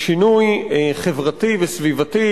לשינוי חברתי וסביבתי,